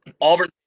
Auburn